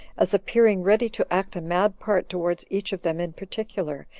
as appearing ready to act a mad part towards each of them in particular,